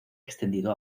extendido